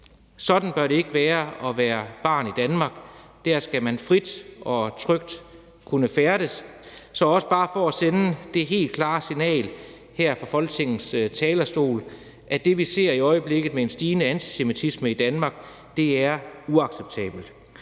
Sådan bør det ikke være at være barn i Danmark. Der skal man frit og trygt kunne færdes. Så det her er også bare for at sende det helt klare signal her fra Folketingets talerstol, at det, vi ser i øjeblikket med en stigende antisemitisme i Danmark, er uacceptabelt.